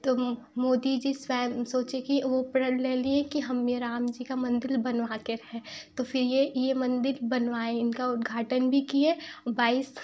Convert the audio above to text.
तो मोदी जी स्वयं सोचे की वो प्रण ले लिए कि हमने राम जी का मंदिर बनवा के रहें तो फिर ये ये मंदिर बनवाए उनका उद्घाटन भी किए बाईस